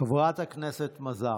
חברת הכנסת מזרסקי,